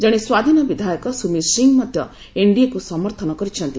ଜଣେ ସ୍ୱାଧୀନ ବିଧାୟକ ସୁମିତ୍ ସିଂ ମଧ୍ୟ ଏନ୍ଡିଏକୁ ସମର୍ଥନ କରିଛନ୍ତି